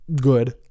Good